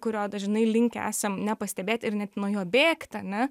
kurio dažnai linkę esam nepastebėti ir net nuo jo bėgti ane